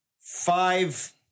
five